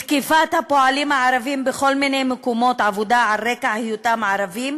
בתקיפת הפועלים הערבים בכל מיני מקומות עבודה על רקע היותם ערבים